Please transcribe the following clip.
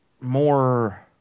more